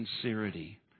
sincerity